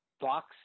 box